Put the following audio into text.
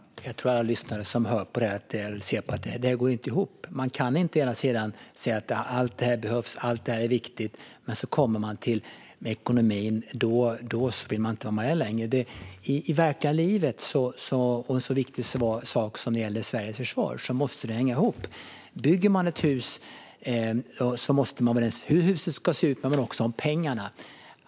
Herr ålderspresident! Jag tror att alla som hör eller ser detta inser att det inte går ihop. Man kan inte säga att allt detta är viktigt och behövs men inte vilja vara med längre när vi kommer till ekonomin. I verkliga livet och när det gäller en så viktig sak som Sveriges försvar måste det hänga ihop. Bygger man ett hus måste man vara överens om hur det ska se ut men också om pengarna.